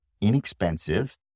inexpensive